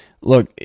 Look